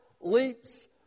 leaps